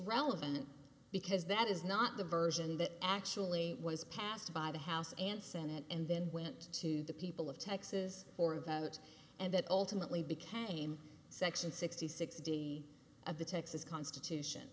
relevant because that is not the version that actually was passed by the house and senate and then went to the people of texas or a vote and that ultimately became section sixty six d of the texas constitution